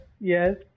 yes